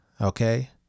okay